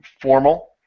formal